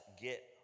get